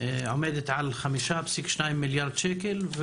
שעומדת על 5.2 מיליארד שקלים.